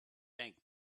thank